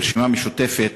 כרשימה המשותפת,